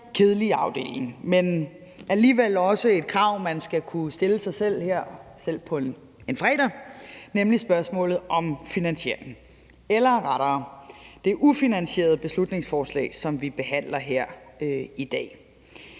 som alligevel også er et krav, man skal kunne stille til sig selv, selv her på en fredag, nemlig spørgsmålet om finansieringen, og det beslutningsforslag, som vi behandler her i dag,